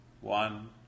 one